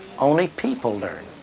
only people learn,